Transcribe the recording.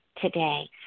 today